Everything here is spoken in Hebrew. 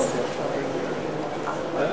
גברתי היושבת-ראש,